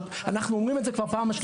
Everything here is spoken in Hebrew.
אנחנו אומרים את זה כבר בפעם השלישית.